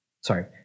Sorry